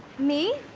me,